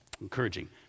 encouraging